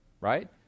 right